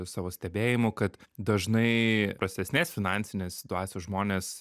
savo stebėjimų kad dažnai prastesnės finansinės situacijos žmonės